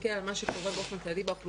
להסתכל על מה שקורה באופן כללי באוכלוסייה,